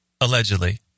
allegedly